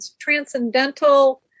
transcendental